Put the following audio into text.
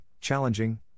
challenging